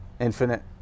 infinite